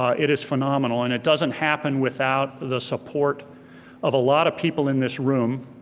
ah it is phenomenal and it doesn't happen without the support of a lot of people in this room,